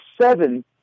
seven